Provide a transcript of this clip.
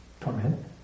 torment